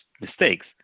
mistakes